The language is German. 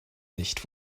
nicht